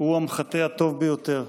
הוא המחטא הטוב ביותר.